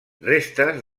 restes